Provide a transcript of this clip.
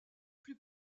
plus